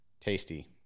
Tasty